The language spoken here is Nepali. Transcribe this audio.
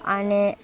अनि